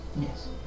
Yes